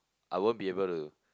I won't be able to